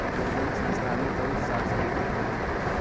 उदगम संस्थानिक अउर सांस्कृतिक हौ